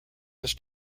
his